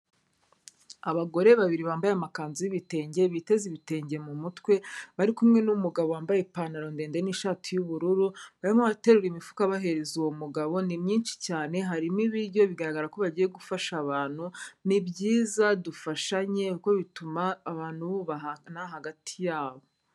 Abagore babiri bambaye amakanzu y'ibitenge, biteze ibitenge mu mutwe, bari kumwe n'umugabo wambaye ipantaro ndende n'ishati y'ubururu, barimo baraterura imifuka bahereza uwo mugabo, ni myinshi cyane, harimo ibiryo biragaragara ko bagiye gufasha abantu, ni byiza, dufashanye kuko bituma abantu bubahana hagati yabo.